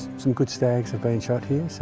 some good stags have been shot here.